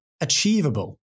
achievable